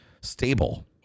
stable